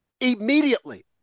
immediately